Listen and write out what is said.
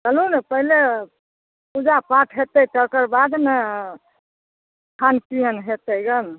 चलू ने पहिले पूजा पाठ हेतै तकरबाद ने खानपिअन हेतै गऽ